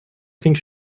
think